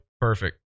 Perfect